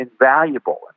invaluable